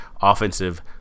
offensive